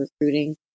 recruiting